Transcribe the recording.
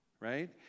Right